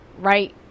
right